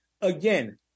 Again